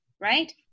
right